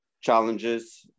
challenges